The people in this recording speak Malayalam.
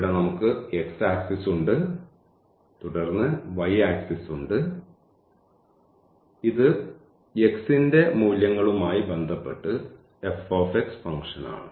ഇവിടെ നമുക്ക് x ആക്സിസ് ഉണ്ട് തുടർന്ന് y ആക്സിസ് ഉണ്ട് ഇത് x ന്റെ മൂല്യങ്ങളുമായി ബന്ധപ്പെട്ട് f ഫംഗ്ഷനാണ്